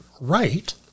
right